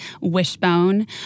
Wishbone